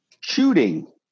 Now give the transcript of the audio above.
shooting